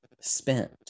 spent